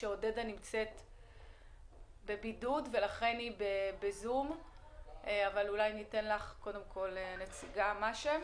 עודדה נמצאת בבידוד, אז נתחיל עם הנציגה שכאן.